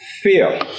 fear